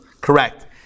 correct